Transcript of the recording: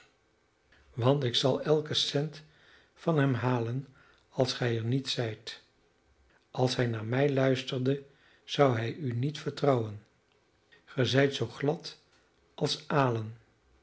want ik zal elken cent van hem halen als gij er niet zijt als hij naar mij luisterde zou hij u niet vertrouwen ge zijt zoo glad als alen